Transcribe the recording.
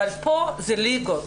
אבל פה זה ליגות.